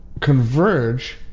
converge